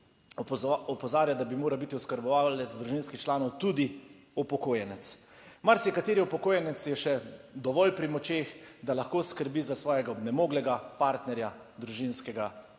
opozarjal, da bi moral biti oskrbovalec družinskih članov tudi upokojenec. Marsikateri upokojenec je še dovolj pri močeh, da lahko skrbi za svojega onemoglega partnerja, družinskega